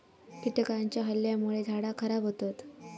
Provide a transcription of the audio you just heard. कीटकांच्या हल्ल्यामुळे झाडा खराब होतत